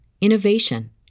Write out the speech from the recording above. innovation